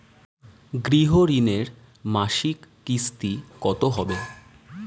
গৃহ ঋণের মাসিক কিস্তি কত হবে?